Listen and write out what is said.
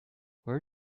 where